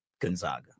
Gonzaga